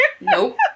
nope